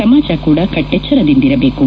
ಸಮಾಜ ಕೂಡ ಕಟ್ಟೆಚ್ಚರದಿಂದಿರಬೇಕು